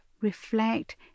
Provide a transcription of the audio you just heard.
reflect